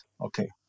Okay